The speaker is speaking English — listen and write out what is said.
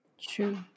True